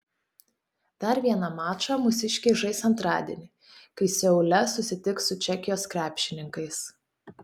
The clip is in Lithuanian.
dar vieną mačą mūsiškiai žais antradienį kai seule susitiks su čekijos krepšininkais